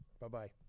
Bye-bye